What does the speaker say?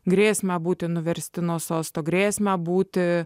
grėsmę būti nuversti nuo sosto grėsmę būti